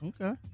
Okay